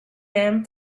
them